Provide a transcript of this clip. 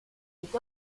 est